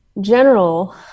General